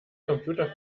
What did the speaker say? computer